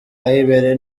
ahibereye